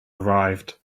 arrived